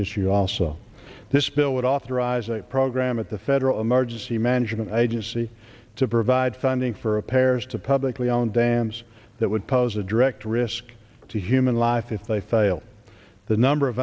issue also this bill would authorize a program at the federal emergency management agency to provide funding for a pairs to publicly owned dams that would pose a direct risk to human life if they fail the number of